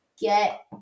get